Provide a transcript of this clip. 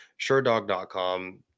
SureDog.com